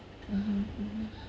mmhmm